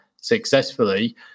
successfully